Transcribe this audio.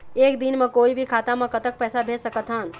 एक दिन म कोई भी खाता मा कतक पैसा भेज सकत हन?